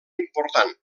important